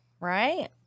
right